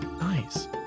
Nice